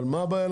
אבל מה הבעיה?